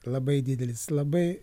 labai didelis labai